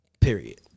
Period